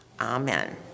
Amen